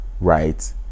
right